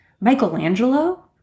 Michelangelo